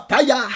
Fire